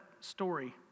story